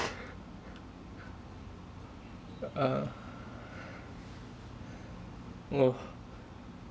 uh oh